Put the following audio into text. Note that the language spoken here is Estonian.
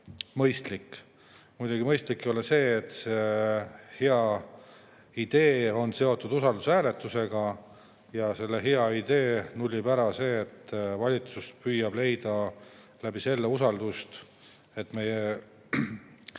mõistlik. Muidugi mõistlik ei ole see, et see hea idee on seotud usaldushääletusega. Selle hea idee nullib ära see, et valitsus püüab leida selle kaudu usaldust, et me